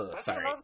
sorry